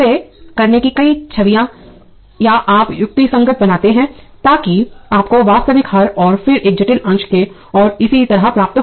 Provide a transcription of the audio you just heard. तो इसे करने की कई छवियां या आप युक्तिसंगत बनाते हैं ताकि आपको वास्तविक हर और फिर एक जटिल अंश और इसी तरह प्राप्त हो